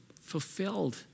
fulfilled